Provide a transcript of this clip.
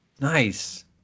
Nice